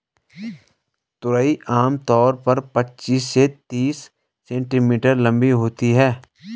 तुरई आम तौर पर पचीस से तीस सेंटीमीटर लम्बी होती है